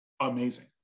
amazing